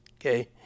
Okay